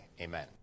amen